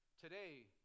today